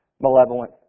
malevolent